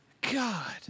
God